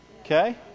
Okay